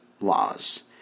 laws